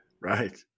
Right